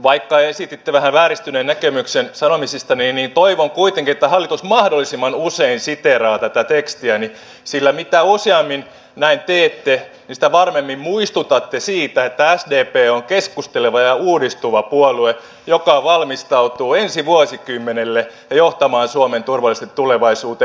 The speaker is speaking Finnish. vaikka esititte vähän vääristyneen näkemyksen sanomisistani niin toivon kuitenkin että hallitus mahdollisimman usein siteeraa tätä tekstiäni sillä mitä useammin näin teette sitä varmemmin muistutatte siitä että sdp on keskusteleva ja uudistuva puolue joka valmistautuu ensi vuosikymmenelle ja johtamaan suomen turvallisesti tulevaisuuteen